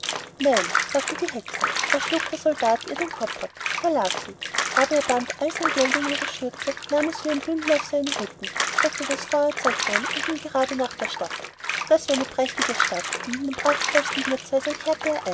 nein sagte die hexe da schlug der soldat ihr den kopf ab da lag sie aber er band all sein geld in ihre schürze nahm es wie ein bündel auf seinen rücken steckte das feuerzeug ein und ging gerade nach der stadt das war eine prächtige stadt und in den prachtvollsten wirtshäusern kehrte